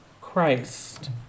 Christ